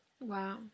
wow